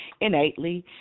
innately